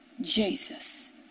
Jesus